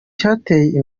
cyateye